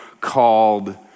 called